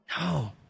No